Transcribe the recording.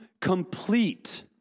complete